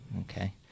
Okay